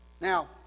now